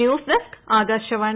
news desk Akashvani